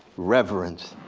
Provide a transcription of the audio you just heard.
reverence,